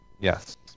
Yes